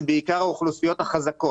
זה בעיקר האוכלוסיות החזקות.